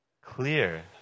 clear